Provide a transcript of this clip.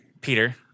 Peter